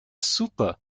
super